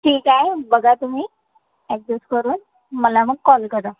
ठीक आहे बघा तुम्ही ॲड्जस्ट करून मला मग कॉल करा